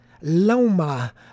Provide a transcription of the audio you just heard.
Loma